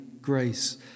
grace